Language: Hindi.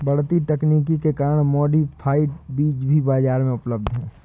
बढ़ती तकनीक के कारण मॉडिफाइड बीज भी बाजार में उपलब्ध है